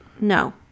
No